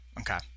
Okay